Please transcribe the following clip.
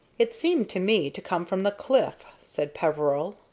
it seemed to me to come from the cliff, said peveril.